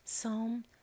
Psalm